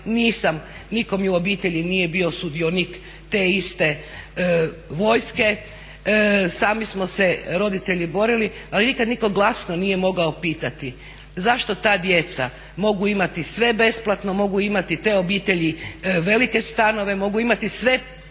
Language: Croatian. Nisam, nitko mi u obitelji nije bio sudionik te iste vojske. Sami smo se roditelji borili, ali nikad nitko glasno nije mogao pitati zašto ta djeca mogu imati sve besplatno, mogu imati te obitelji velike stanove, mogu imati sve